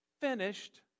finished